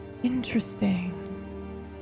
Interesting